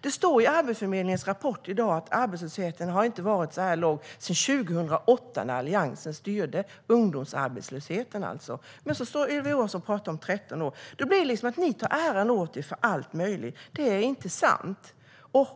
Det står i Arbetsförmedlingens rapport i dag att ungdomsarbetslösheten inte har varit så låg sedan 2008 när Alliansen styrde. Så står Ylva Johansson och pratar om 13 år tillbaka i tiden. Då tar ni äran för allt möjligt. Det är inte sant! Vad